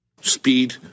Speed